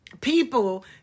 people